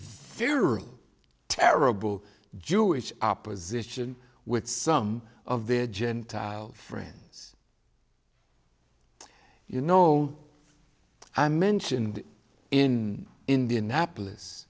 very terrible jewish opposition with some of the gentile friends you know i mentioned in indianapolis